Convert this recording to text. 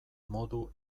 modu